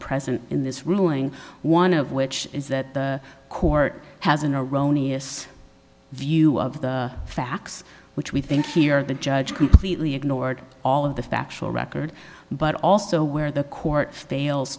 present in this ruling one of which is that the court has an erroneous view of the facts which we think here the judge completely ignored all of the factual record but also where the court fails